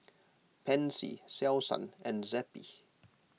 Pansy Selsun and Zappy